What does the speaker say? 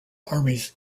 armies